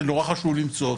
וחשוב מאוד למצוא אותו.